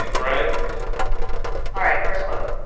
and right? yeah all right. first quote